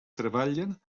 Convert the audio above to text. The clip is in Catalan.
treballen